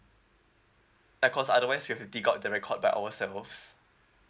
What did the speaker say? uh cause otherwise we have to dig out the record by ourselves